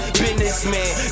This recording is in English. businessman